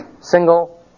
Single